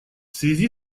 связи